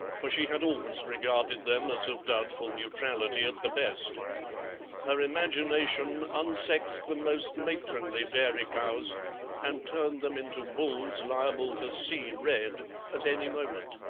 for she had always regarded them as of doubtful neutrality at the best her imagination unsexed the most matronly dairy cows and turned them into bulls liable to see red at any moment.